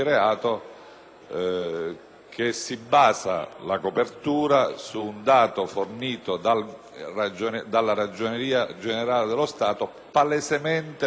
che si basano su un dato fornito dalla Ragioneria generale dello Stato palesemente falso.